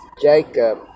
Jacob